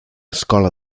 escola